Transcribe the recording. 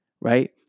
right